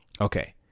Okay